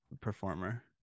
performer